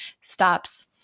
stops